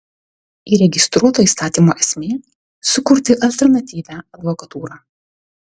įregistruoto įstatymo esmė sukurti alternatyvią advokatūrą